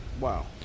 Wow